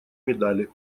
медали